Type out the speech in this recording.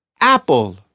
Apple